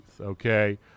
okay